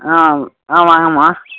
ஆ ஆ வாங்கம்மா